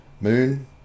moon